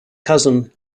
cousin